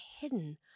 hidden